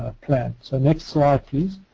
ah plan. so next slide please.